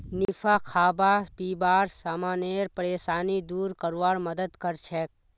निफा खाबा पीबार समानेर परेशानी दूर करवार मदद करछेक